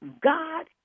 God